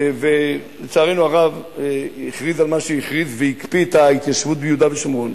ולצערנו הרב הכריז על מה שהכריז והקפיא את ההתיישבות ביהודה ושומרון,